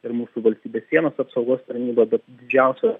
ir mūsų valstybės sienos apsaugos tarnyba bet didžiausio